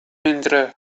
mindre